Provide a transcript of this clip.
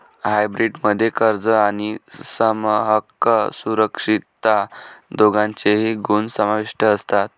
hybrid मध्ये कर्ज आणि समहक्क सुरक्षितता दोघांचेही गुण समाविष्ट असतात